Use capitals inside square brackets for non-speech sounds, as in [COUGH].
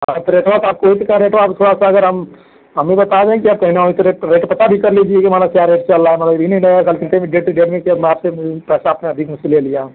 हाँ तो रेटवा तो आपको वही से कहे रेटवा आपको थोड़ा सा अगर हम हम ही बता रहे हैं कि आपको न हो तो रेट रेट पता भी कर लीजिए कि माने क्या रेट चल रहा है मतलब यह नहीं [UNINTELLIGIBLE] कि हम आपसे पैसा आपने अधिक मुझसे ले लिया